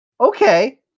okay